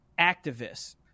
activists